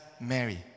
Mary